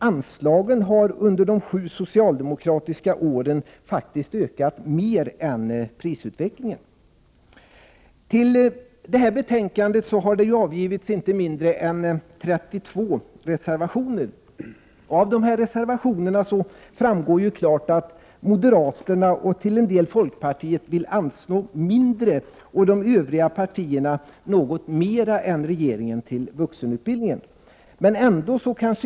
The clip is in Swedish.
Anslagen har under de sju socialdemokratiska åren ökat mer än prisutvecklingen. Till detta betänkande har fogats inte mindre än 32 reservationer. Av dessa reservationer framgår att moderaterna och till en del folkpartiet vill anslå mindre och de övriga partierna något mera än regeringen till vuxenutbildningen.